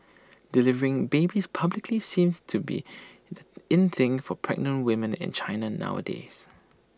delivering babies publicly seems to be in thing for pregnant women in China nowadays